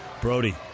Brody